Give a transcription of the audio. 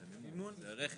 הוראות